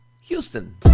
Houston